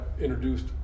introduced